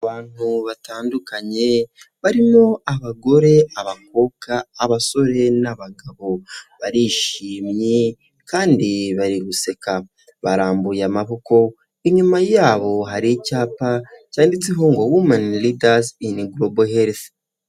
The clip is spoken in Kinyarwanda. Abantu batandukanye barimo abagore, abakobwa abasore n'abagabo barishimye kandi bari guseka. Barambuye amaboko inyuma yabo hari icyapa cyanditseho ngo wumani lidazi ini golobo helifi.